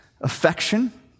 affection